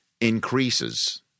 increases